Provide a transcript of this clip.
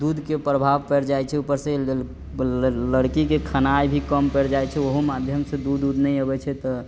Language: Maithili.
दूधके प्रभाव पड़ि जाइ छै उपरसँ लड़कीके खेनाइ भी कम पड़ि जाइ छै ओहो माध्यमसँ दूध नहि अबै छै तऽ